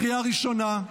קריאה ראשונה.